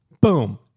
Boom